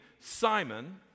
Simon